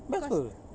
best ke